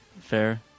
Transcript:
Fair